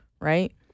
right